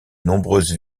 nombreuses